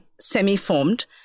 semi-formed